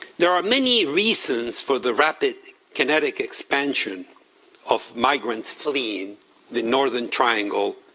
there are many reasons for the rapid kinetic expansion of migrants fleeing the northern triangle